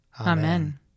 Amen